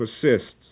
persists